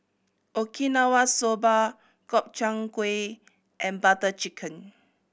Okinawa Soba Gobchang Gui and Butter Chicken